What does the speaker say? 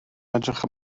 edrych